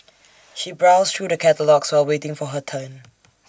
she browsed through the catalogues while waiting for her turn